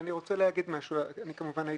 אני מאוניברסיטת תל אביב,